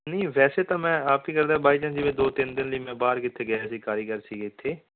ਨਹੀਂ ਵੈਸੇ ਤਾਂ ਮੈਂ ਆਪ ਹੀ ਕਰਦਾ ਵਾਈ ਚਾਂਸ ਜਿਵੇਂ ਦੋ ਤਿੰਨ ਦਿਨ ਲਈ ਮੈਂ ਬਾਹਰ ਕਿੱਥੇ ਗਿਆ ਸੀ ਕਾਰੀਗਰ ਸੀਗੇ ਇੱਥੇ